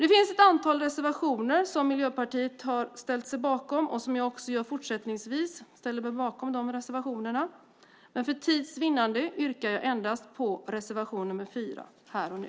Det finns ett antal reservationer som Miljöpartiet har ställt sig bakom vilket jag också gör fortsättningsvis, men för tids vinning yrkar jag endast bifall till reservation 4, här och nu.